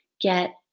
get